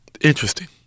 interesting